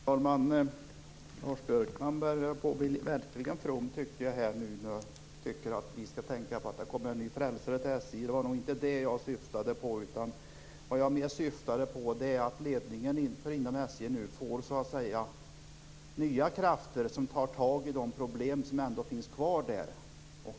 Herr talman! Lars Björkman börjar verkligen bli from när han tycker att vi skall tänka på att det kommer en ny frälsare till SJ. Det var inte det jag syftade på, utan det var att ledningen inom SJ nu får nya krafter och tar tag i de problem som finns kvar där.